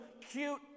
cute